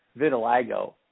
vitiligo